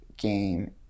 game